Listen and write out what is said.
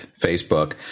Facebook